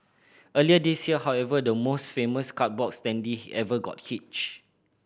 earlier this year however the most famous cardboard standee ever got hitched